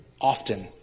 often